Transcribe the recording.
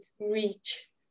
reach